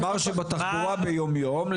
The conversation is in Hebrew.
הוא אמר שבתחבורה ביום יום,